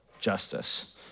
justice